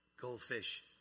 goldfish